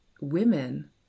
women